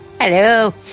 Hello